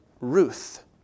Ruth